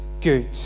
good